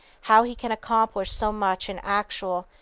how he can accomplish so much in actual,